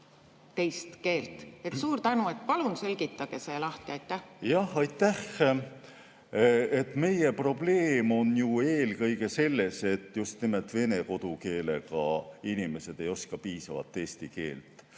teist keelt? Suur tänu! Palun seletage see lahti. Aitäh! Meie probleem on ju eelkõige selles, et just nimelt vene kodukeelega inimesed ei oska piisavalt eesti keelt.